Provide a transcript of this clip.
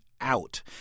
out